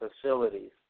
facilities